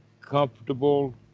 comfortable